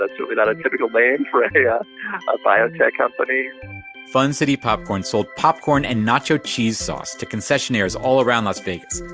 that's so but not a typical name for yeah a biotech company fun city popcorn sold popcorn and nacho cheese sauce to concessionaires all around las vegas.